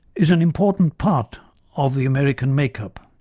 is an important part of the american make-up.